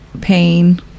pain